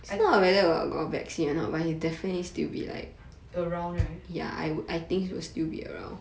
I around right